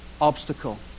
Obstacle